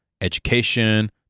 education